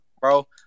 bro